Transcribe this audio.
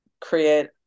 create